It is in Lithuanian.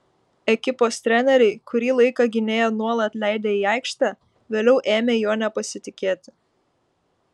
ekipos treneriai kurį laiką gynėją nuolat leidę į aikštę vėliau ėmė juo nepasitikėti